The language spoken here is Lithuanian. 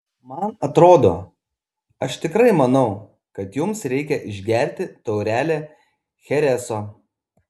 man atrodo aš tikrai manau kad jums reikia išgerti taurelę chereso